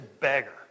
beggar